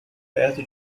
perto